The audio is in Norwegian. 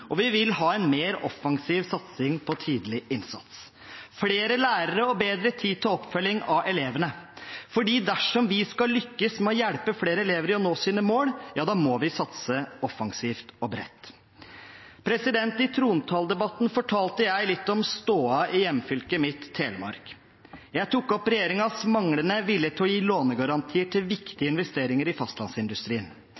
og vi vil ha en mer offensiv satsing på tidlig innsats, med flere lærere og bedre tid til oppfølging av elevene, for dersom vi skal lykkes med å hjelpe flere elever til å nå sine mål, må vi satse offensivt og bredt. I trontaledebatten fortalte jeg litt om stoda i hjemfylket mitt, Telemark. Jeg tok opp regjeringens manglende vilje til å gi lånegarantier til